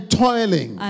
toiling